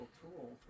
tool